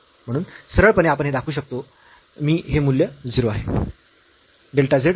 म्हणून सरळपणे आपण हे दाखवू शकतो मी हे मूल्य 0 आहे